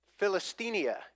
Philistinia